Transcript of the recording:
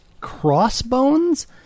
Crossbones